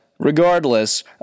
Regardless